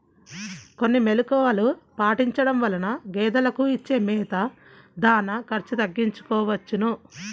కొన్ని మెలుకువలు పాటించడం వలన గేదెలకు ఇచ్చే మేత, దాణా ఖర్చు తగ్గించుకోవచ్చును